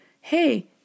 hey